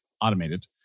automated